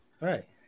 Right